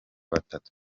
batatu